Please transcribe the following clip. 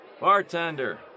Bartender